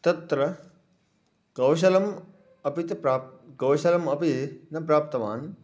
तत्र कौशलम् अपि तु प्राप्तुं कौशलमपि न प्राप्तवान्